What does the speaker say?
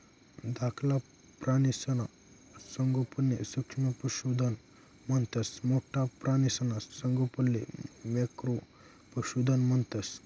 धाकला प्राणीसना संगोपनले सूक्ष्म पशुधन म्हणतंस आणि मोठ्ठा प्राणीसना संगोपनले मॅक्रो पशुधन म्हणतंस